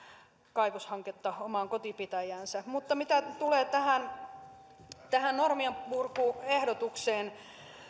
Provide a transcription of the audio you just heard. kaivoshanketta omaan kotipitäjäänsä mutta mitä tulee tähän tähän normienpurkuehdotukseen